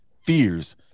fears